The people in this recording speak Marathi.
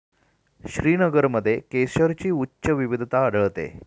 श्रीनगरमध्ये केशरची उच्च विविधता आढळते